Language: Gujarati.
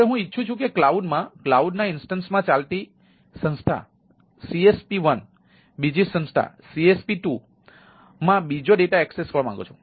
હવે હું ઇચ્છું છું કે કલાઉડમાં કલાઉડના ઇન્સ્ટન્સ માં ચાલતી સંસ્થા cs CSP1 બીજી સંસ્થાના CSP2માં બીજો ડેટા એક્સેસ કરવા માંગુ છું